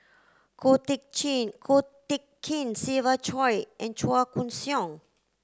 Ko Teck Ko Teck Kin Siva Choy and Chua Koon Siong